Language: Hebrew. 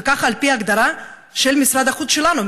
כך על פי הגדרה של משרד החוץ שלנו,